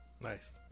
nice